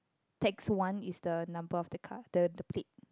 tax one is the number of the car the the plate